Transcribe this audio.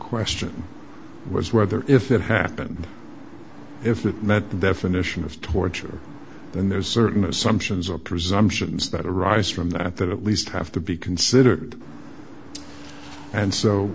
question was whether if it happened if that met the definition of torture then there's certain assumptions or presumptions that arise from that that at least have to be considered and so